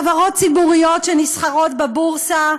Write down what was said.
בחברות ציבוריות שנסחרות בבורסה,